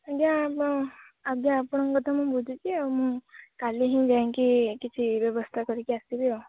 ଆଜ୍ଞା ଆପଣ ଆଜ୍ଞା ଆପଣଙ୍କ କଥା ମୁଁ ବୁଝୁଛି ମୁଁ କାଲି ହିଁ ଯାଇକି କିଛି ବ୍ୟବସ୍ଥା କରିକି ଆସିବି